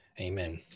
Amen